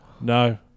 no